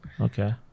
okay